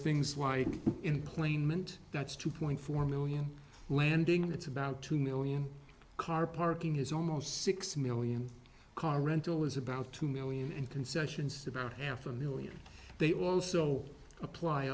things like in claimant that's two point four million landing that's about two million car parking is almost six million car rental is about two million and concessions to about half a million they also apply